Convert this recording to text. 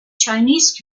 chinese